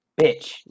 bitch